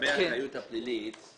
לגבי האחריות הפלילית.